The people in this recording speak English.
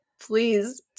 please